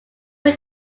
way